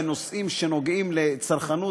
בנושאים שנוגעים לצרכנות,